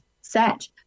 set